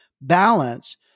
balance